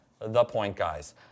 thepointguys